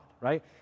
right